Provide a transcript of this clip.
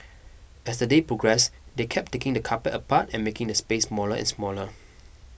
as the day progressed they kept taking the carpet apart and making the space smaller and smaller